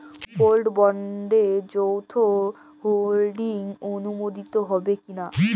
Gold বন্ডে যৌথ holding অনুমোদিত হবে কিনা?